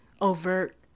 overt